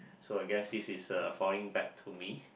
so I guess this is uh falling back to me